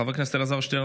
חבר הכנסת אלעזר שטרן,